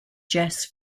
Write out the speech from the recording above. jess